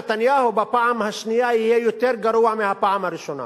נתניהו בפעם השנייה יהיה יותר גרוע מבפעם הראשונה,